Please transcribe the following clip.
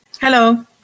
Hello